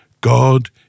God